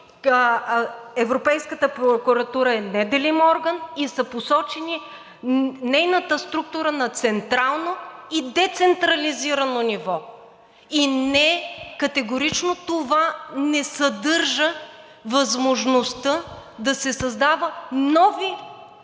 Европейската прокуратурата е неделим орган и е посочена нейната структура на централно и децентрализирано ниво! Не, категорично това не съдържа възможността да се създават нови